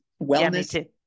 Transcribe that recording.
wellness